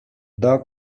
dog